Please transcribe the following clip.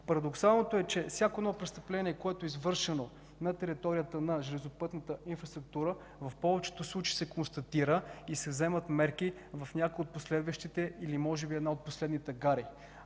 Парадоксално е, че всяко престъпление, извършено на територията на железопътната инфраструктура, в повечето случаи се констатира и се вземат мерки в някои от последващите или може би една от последните гари.